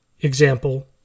example